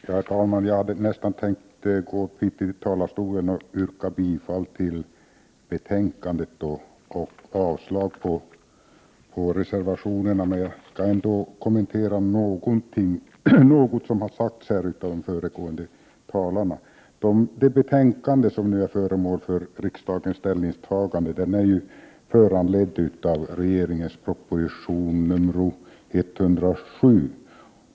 Herr talman! Jag hade nästan tänkt gå upp i talarstolen och enbart yrka bifall till utskottets hemställan och avslag på reservationerna. Jag skall ändå något kommentera det som har sagts här av de föregående talarna. Det betänkande som nu är föremål för riksdagens ställningstagande är föranlett av regeringens proposition nr 107.